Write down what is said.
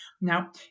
Now